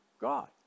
God